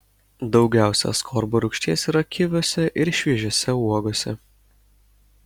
daugiausia askorbo rūgšties yra kiviuose ir šviežiose uogose